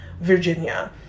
Virginia